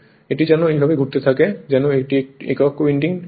এটি যেন এইভাবে ঘুরতে থাকে যেন এটি একক উইন্ডিং এর হয়